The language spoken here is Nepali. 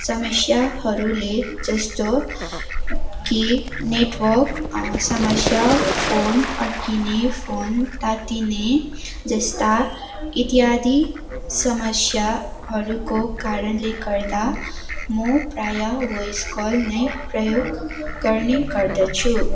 समस्याहरूले जस्तो कि नेटवर्क समस्या फोन अड्किने फोन तातिने जस्ता इत्यादि समस्याहरूको कारणले गर्दा म प्रायः भोइस कल नै प्रयोग गर्ने गर्दछु